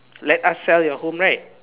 let us sell your home right